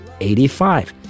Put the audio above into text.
85